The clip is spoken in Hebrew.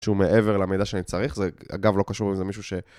שהוא מעבר למידע שאני צריך, זה אגב לא קשור לאיזה מישהו ש...